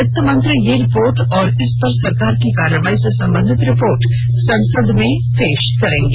वित्तमंत्री यह रिपोर्ट और इस पर सरकार की कार्रवाई से संबंधित रिपोर्ट संसद में पेश करेंगी